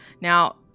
now